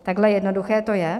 Takhle jednoduché to je.